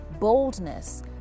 boldness